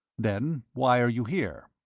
then why are you here?